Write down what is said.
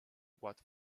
what